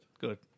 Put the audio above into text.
good